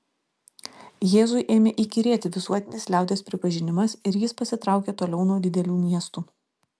jėzui ėmė įkyrėti visuotinis liaudies pripažinimas ir jis pasitraukė toliau nuo didelių miestų